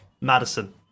Madison